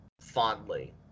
fondly